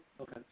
Okay